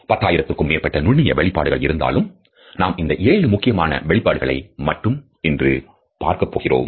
பத்தாயிரத்துக்கும் மேற்பட்ட நுண்ணிய வெளிப்பாடுகள் இருந்தாலும் நாம் இந்த ஏழு முக்கியமான வெளிப்பாடுகளை மட்டும் இன்று பார்க்கப் போகிறோம்